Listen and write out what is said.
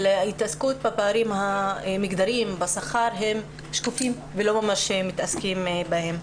אבל ההתעסקות בפערים המגדריים בשכר הם שקופים ולא ממש מתעסקים בהם.